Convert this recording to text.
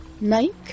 nike